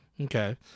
Okay